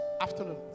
afternoon